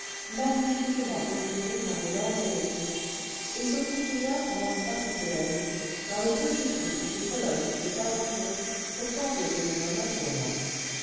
magnifiquement éclairés par les lampes électriques et se continua pendant une partie de la nuit dans les petites rues où des colonnes s'étaient aventurées pour tenter des mouvements tournants